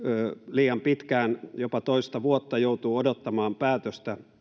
liian pitkään jopa toista vuotta joutuu odottamaan päätöstä